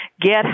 get